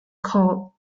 called